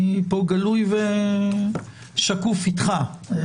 אני פה גלוי ושקוף איתך.